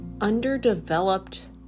underdeveloped